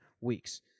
weeks